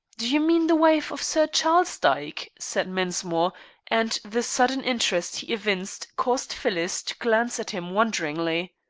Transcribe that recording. do you mean the wife of sir charles dyke? said mensmore and the sudden interest he evinced caused phyllis to glance at him wonderingly.